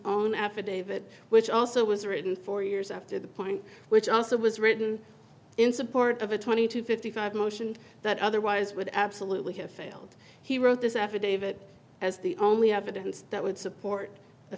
own affidavit which also was written four years after the point which also was written in support of a twenty two fifty five motion that otherwise would absolutely have failed he wrote this affidavit as the only evidence that would support